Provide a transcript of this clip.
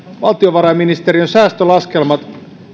valtiovarainministeriön säästölaskelmat